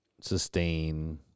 sustain